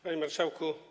Panie Marszałku!